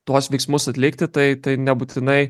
tuos veiksmus atlikti tai tai nebūtinai